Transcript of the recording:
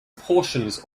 portions